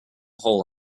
hole